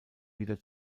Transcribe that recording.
wieder